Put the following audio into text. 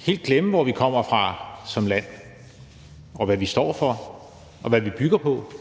helt glemme, hvor vi kommer fra som land, hvad vi står for, og hvad vi bygger på.